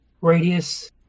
radius